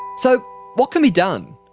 so what can be done?